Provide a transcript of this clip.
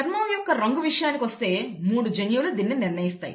చర్మం యొక్క రంగు విషయానికొస్తే మూడు జన్యువులు దీనిని నిర్ణయిస్తాయి